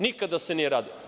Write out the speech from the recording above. Nikada se nije radilo.